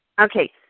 Okay